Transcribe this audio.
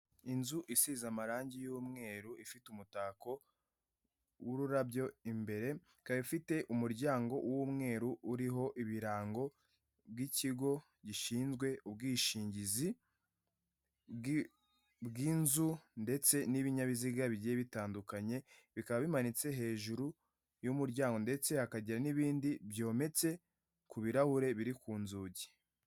Inzu isize amarangi y'umweru ifite umutako w'ururabyo imbere ikaba ifite umuryango w'umweru uriho ibirango by'ikigo gishinzwe ubwishingizi bw'inzu ndetse n'ibinyabiziga bigiye bitandukanye, bikaba bimanitse hejuru y'umuryango ndetse ikagira n'ibindi byometse ku birahure biri ku nzuki.